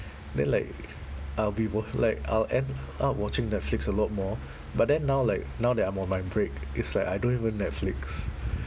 then like I'll be w~ like I'll end up watching netflix a lot more but then now like now that I'm on my break it's like I don't even netflix